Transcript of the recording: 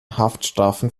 haftstrafen